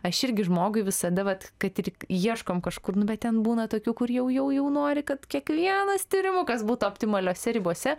aš irgi žmogui visada vat kad ir ieškom kažkur nu bet ten būna tokių kur jau jau jau nori kad kiekvienas tyrimukas būtų optimaliose ribose